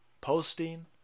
posting